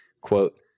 quote